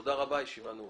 תודה רבה, הישיבה נעולה.